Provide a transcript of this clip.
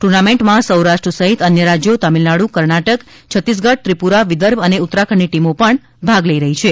ટુર્નામેન્ટમાં સૌરાષ્ટ્રન સહિત અન્ય રાજ્યો તામિલનાડુ કર્ણાટક છત્તીસગઢ ત્રિપુરા વિદર્ભ અને ઉત્તરાખંડની ટીમો પણ ભાગ લઇ રહી છે